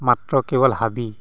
মাত্ৰ কেৱল হাবি